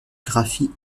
graphie